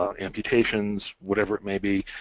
um amputations, whatever it may be,